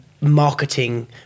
marketing